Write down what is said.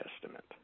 Testament